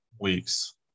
weeks